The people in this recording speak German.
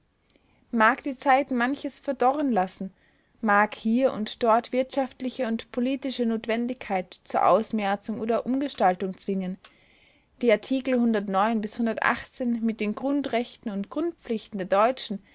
mag die zeit manches verdorren lassen mag hier und dort wirtschaftliche und politische notwendigkeit zur ausmerzung oder umgestaltung zwingen die artikel bis mit den grundrechten und grundpflichten der deutschen